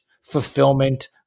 fulfillment